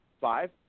Five